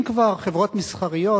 אם כבר חברות מסחריות